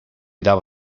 dava